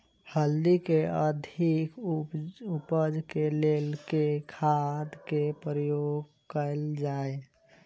हल्दी केँ अधिक उपज केँ लेल केँ खाद केँ प्रयोग कैल जाय?